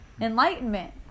enlightenment